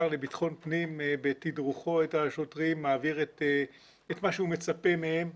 לביטחון פנים בתדרוכו את השוטרים מעביר את מה שהוא מצפה מהם,